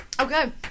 Okay